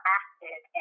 active